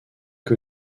que